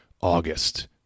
August